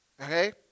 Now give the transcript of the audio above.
Okay